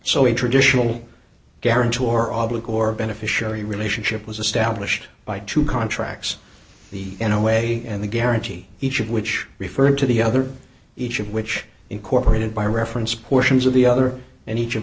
a traditional guarantor obloquy or beneficiary relationship was established by two contracts the in a way and the guarantee each of which referred to the other each of which incorporated by reference portions of the other and each of